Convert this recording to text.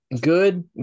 Good